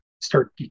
start